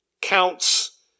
counts